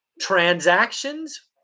Transactions